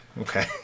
okay